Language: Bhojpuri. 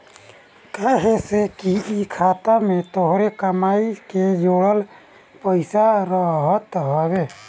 काहे से कि इ खाता में तोहरे कमाई के जोड़ल पईसा रहत हवे